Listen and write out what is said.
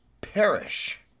perish